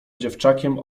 dziewczakiem